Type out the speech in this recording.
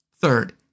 Third